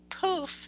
poof